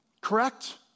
Correct